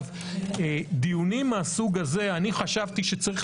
דיונים מהסוג הזה אני חשבתי שצריך